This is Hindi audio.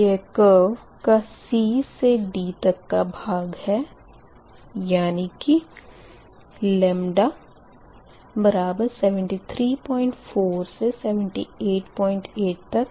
यह कर्व का C to D तक का भाग है यानी कि λ734 से 788 तक